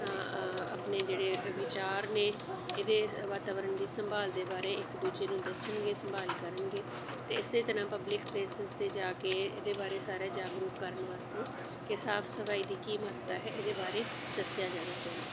ਆਪਣੇ ਜਿਹੜੇ ਵਿਚਾਰ ਨੇ ਇਹਦੇ ਵਾਤਾਵਰਨ ਦੀ ਸੰਭਾਲ ਦੇ ਬਾਰੇ ਇੱਕ ਦੂਜੇ ਨੂੰ ਦੱਸਣਗੇ ਸੰਭਾਲ ਕਰਨਗੇ ਅਤੇ ਇਸੇ ਤਰ੍ਹਾਂ ਪਬਲਿਕ ਪਲੇਸਿਸ 'ਤੇ ਜਾ ਕੇ ਇਹਦੇ ਬਾਰੇ ਸਾਰਾ ਜਾਗਰੂਕ ਕਰਨ ਵਾਸਤੇ ਕਿ ਸਾਫ ਸਫਾਈ ਦੀ ਕੀ ਮਹੱਤਤਾ ਹੈ ਇਹਦੇ ਬਾਰੇ ਦੱਸਿਆ ਜਾਣਾ ਚਾਹੀਦਾ ਹੈ